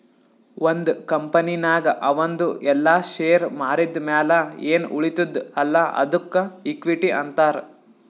ಒಂದ್ ಕಂಪನಿನಾಗ್ ಅವಂದು ಎಲ್ಲಾ ಶೇರ್ ಮಾರಿದ್ ಮ್ಯಾಲ ಎನ್ ಉಳಿತ್ತುದ್ ಅಲ್ಲಾ ಅದ್ದುಕ ಇಕ್ವಿಟಿ ಅಂತಾರ್